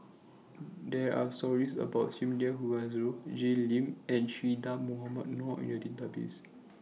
There Are stories about Sumida Haruzo Jay Lim and Che Dah Mohamed Noor in The Database